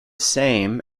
same